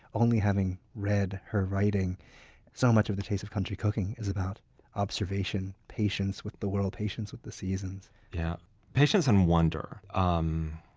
only having read her writing. and so much of the taste of country cooking is about observation, patience with the world, patience with the seasons yeah patience and wonder um